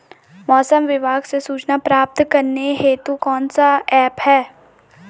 मौसम विभाग से सूचना प्राप्त करने हेतु कौन सा ऐप है?